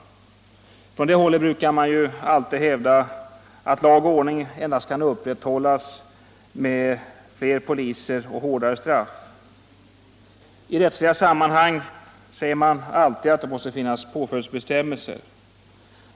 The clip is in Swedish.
Från det hållet brukar ju alltid hävdas att lag och ordning kan upprätthållas endast med fler poliser och hårdare straff. I rättsliga sammanhang säger man alltid att det måste finnas på följdsbestämmelser.